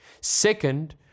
Second